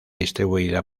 distribuida